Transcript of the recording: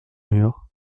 mur